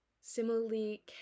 similarly